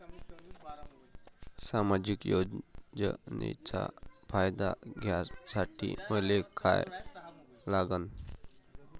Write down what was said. सामाजिक योजनेचा फायदा घ्यासाठी मले काय लागन?